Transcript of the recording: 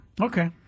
Okay